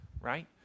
right